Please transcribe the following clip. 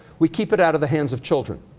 we keep it out of the hands of children.